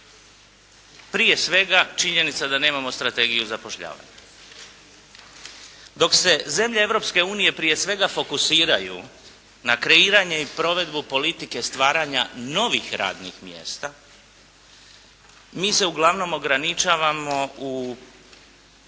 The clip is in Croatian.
Prije svega činjenica da nemamo strategiju zapošljavanja. Dok se zemlje Europske unije prije svega fokusiraju na kreiranje i provedbu politike stvaranja novih radnih mjesta mi se uglavnom ograničavamo